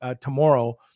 tomorrow